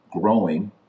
growing